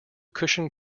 cushion